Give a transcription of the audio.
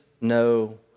no